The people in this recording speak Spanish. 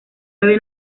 ave